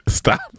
Stop